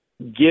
give